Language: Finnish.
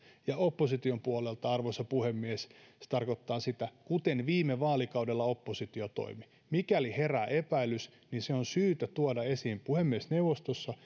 ja opposition puolelta arvoisa puhemies se tarkoittaa sitä miten viime vaalikaudella oppositio toimi mikäli herää epäilys niin se on syytä tuoda esiin puhemiesneuvostossa